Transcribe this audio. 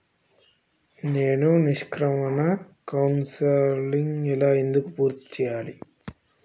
నేను నిష్క్రమణ కౌన్సెలింగ్ ఎలా ఎందుకు పూర్తి చేయాలి?